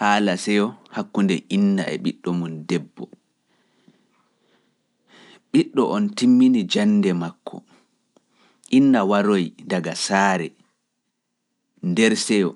Haala seyo hakkunde inna e ɓiɗɗo mum debbo. Ɓiɗɗo on timmini jannde makko, inna waroyi daga saare nder seyo,